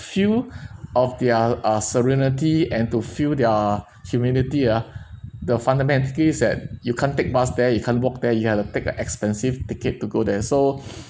feel of their uh serenity and to feel their humility ah the fundamentally is that you can't take bus there you can't walk there you have to take a expensive ticket to go there so